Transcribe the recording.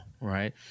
right